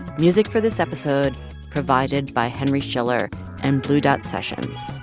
music for this episode provided by henry schiller and blue dot sessions.